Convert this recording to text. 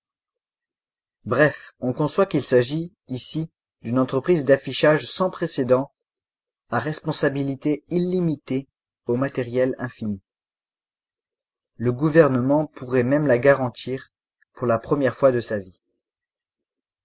bref on conçoit qu'il s'agit ici d'une entreprise d'affichage sans précédents à responsabilité illimitée au matériel infini le gouvernement pourrait même la garantir pour la première fois de sa vie